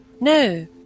No